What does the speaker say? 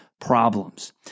problems